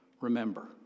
Remember